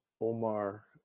Omar